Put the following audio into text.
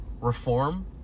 reform